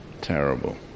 terrible